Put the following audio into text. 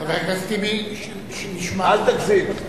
חבר הכנסת טיבי, נשמע קולך.